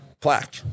plaque